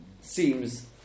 seems